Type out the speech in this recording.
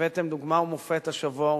הבאתם דוגמה ומופת השבוע,